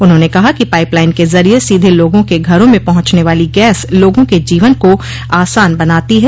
उन्होंने कहा कि पाइप लाइन के जरिये सीधे लोगों के घरों में पहुंचने वाली गैस लोगों के जीवन को आसान बनाती है